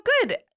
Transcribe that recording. good